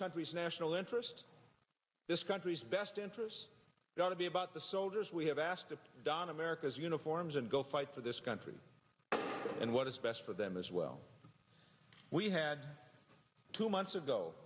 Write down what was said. country's national interest this country's best interests got to be about the soldiers we have asked to don america's uniforms and go fight for this country and what is best for them as well we had two months ago